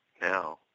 now